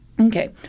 okay